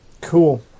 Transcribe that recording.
Cool